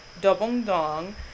Dobongdong